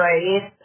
Right